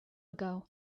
ago